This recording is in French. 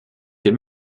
fait